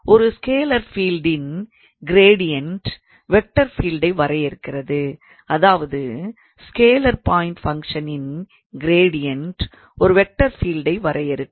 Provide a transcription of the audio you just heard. ஒரு ஸ்கேலார் ஃபீல்டின் gradient vector ஃபீல்டை வரையறுக்கிறது அதாவது ஸ்கேலார் பாய்ண்ட் ஃபங்க்ஷனின் கிரேடியண்ட் ஒரு வெக்டார் ஃபீல்டை வரையறுக்கும்